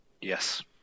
yes